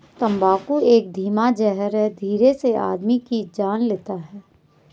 तम्बाकू एक धीमा जहर है धीरे से आदमी की जान लेता है